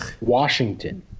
Washington